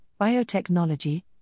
biotechnology